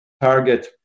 target